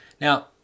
Now